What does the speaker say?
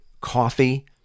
coffee